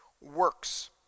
Works